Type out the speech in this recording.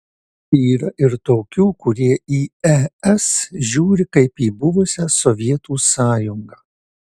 yra ir tokių kurie į es žiūri kaip į buvusią sovietų sąjungą